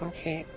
Okay